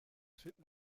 findet